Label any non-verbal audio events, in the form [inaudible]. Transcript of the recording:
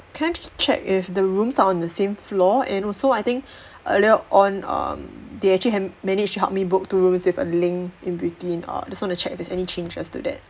can I just check if the rooms are on the same floor and also I think [breath] earlier on um they actually have managed to help me book two rooms with a link in between err just want to check if there is any changes to that